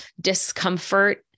discomfort